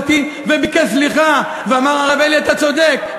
תשובתי וביקש סליחה, ואמר "הרב אלי, אתה צודק"?